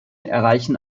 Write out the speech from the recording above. erreichen